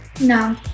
No